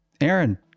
Aaron